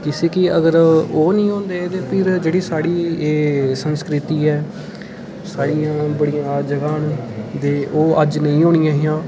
इसी कि अगर ओह् निं होंदे फ्ही जेह्ड़ी साढ़ी एह् संस्कृति ऐ साढ़ियां बड़ियां जगहां न दे ओह् अज्ज नेईं होनियां हियां